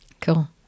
Cool